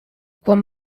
quan